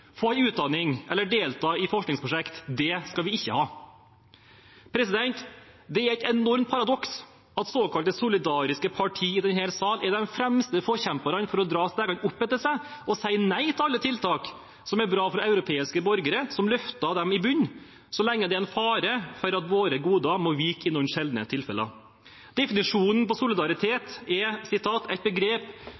få en utdanning eller delta i forskningsprosjekter – det skal vi ikke ha. De er et enormt paradoks at såkalte solidariske partier i denne sal er de fremste forkjempere for å dra stigen opp etter seg og si nei til alle tiltak som er bra for europeiske borgere, som løfter dem i bunnen, så lenge det er en fare for at våre goder må vike i noen sjeldne tilfeller. Definisjonen på